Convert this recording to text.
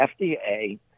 FDA